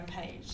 page